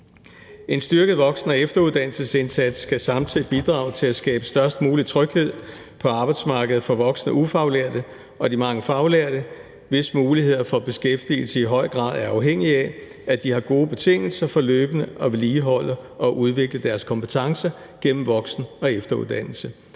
En styrket voksen- og efteruddannelsesindsats skal samtidig bidrage til at skabe størst mulig tryghed på arbejdsmarkedet for voksne ufaglærte og de mange faglærte, hvis muligheder for beskæftigelse i høj grad er afhængige af, at de har gode betingelser for løbende at vedligeholde og udvikle deres kompetencer gennem voksen- og efteruddannelse.